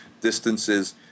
distances